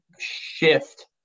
shift